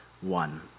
one